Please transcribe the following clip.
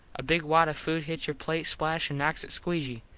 a big wad of food hits your plate splash an knocks it squee gee.